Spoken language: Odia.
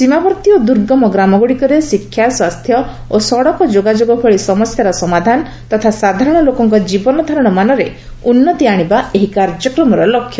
ସୀମାବର୍ତ୍ତୀ ଓ ଦୁର୍ଗମ ଗ୍ରାମଗୁଡ଼ିକରେ ଶିକ୍ଷା ସ୍ୱାସ୍ଥ୍ୟ ଓ ସଡ଼କ ଯୋଗାଯୋଗ ଭଳି ସମସ୍ୟାର ସମାଧାନ ତଥା ସାଧାରଣ ଲୋକଙ୍କ ଜୀବନ ଧାରଣ ମାନରେ ଉନ୍ନତି ଆଣିବା ଏହି କାର୍ଯ୍ୟକ୍ରମର ଲକ୍ଷ୍ୟ